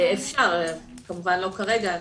אפשר, כמובן לא כרגע,